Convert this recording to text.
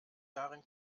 darin